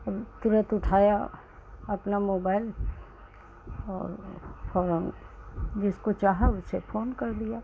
अब तुरन्त उठाया अपना मोबाइल और फौरन जिसको चाहा उसे फ़ोन कर दिया